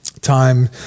time